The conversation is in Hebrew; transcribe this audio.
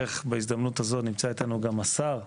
בהזדמנות הזאת, נמצא איתנו גם השר,